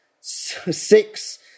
Six